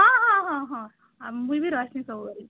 ହଁ ହଁ ହଁ ହଁ ମୁଇଁ ବି ରହେସି ସବୁବେଲେ